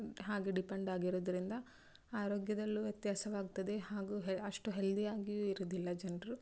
ಹಾಗೆ ಡಿಪೆಂಡಾಗಿರೋದರಿಂದ ಆರೋಗ್ಯದಲ್ಲೂ ವ್ಯತ್ಯಾಸವಾಗ್ತದೆ ಹಾಗೂ ಹೆ ಅಷ್ಟು ಹೆಲ್ದಿಯಾಗಿಯೂ ಇರುವುದಿಲ್ಲ ಜನರು